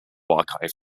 archive